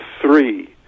three